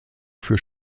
für